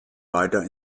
weiter